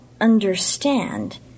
understand